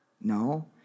No